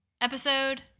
episode